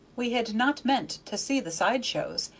we had not meant to see the side-shows,